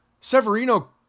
Severino